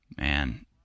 Man